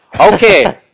Okay